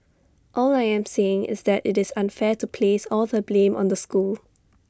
all I am saying is that IT is unfair to place all the blame on the school